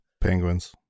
Penguins